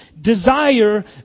desire